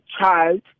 child